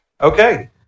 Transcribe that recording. Okay